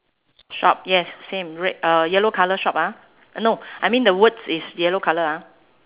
shop yes same red uh yellow colour shop ah no I mean the words is yellow colour ah